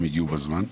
אנשים הגיעו בזמן.